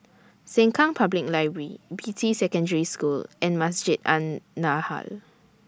Sengkang Public Library Beatty Secondary School and Masjid An Nahdhah